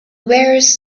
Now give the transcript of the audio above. rarest